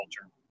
culture